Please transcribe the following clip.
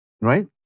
Right